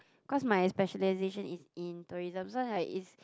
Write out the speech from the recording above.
because my specialisation is in tourism so like it's